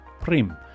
Prim